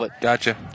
Gotcha